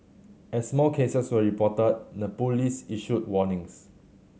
as more cases were reported the police issued warnings